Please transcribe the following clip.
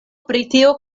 britio